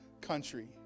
country